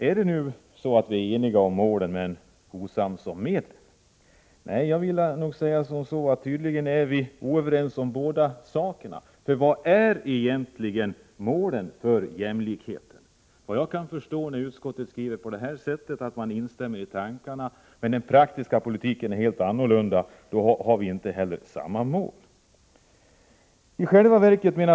Är det så att vi är eniga om målen men oense om medlen? Nej, tydligen är vi oense om båda dessa saker. Vilka är egentligen regeringens och utskottetsmajoritetens mål för jämställdheten? När utskottet skriver att man instämmer i de tankar som vi har framfört men samtidigt talar för en praktisk politik som är helt annorlunda, då har vi enligt min mening inte samma mål.